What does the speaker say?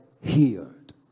healed